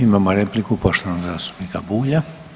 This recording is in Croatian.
Imamo repliku poštovanog zastupnika Bulja.